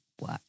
work